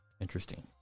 Interesting